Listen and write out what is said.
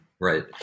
right